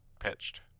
pitched